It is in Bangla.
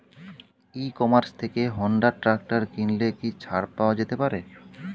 ই কমার্স থেকে হোন্ডা ট্রাকটার কিনলে কি ছাড় পাওয়া যেতে পারে?